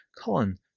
colin